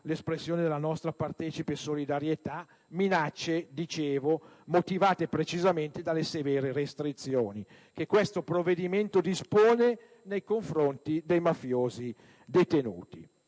l'espressione della nostra partecipe solidarietà; minacce motivate precisamente dalle severe restrizioni che questo provvedimento dispone nei confronti dei mafiosi detenuti.